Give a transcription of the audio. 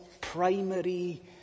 primary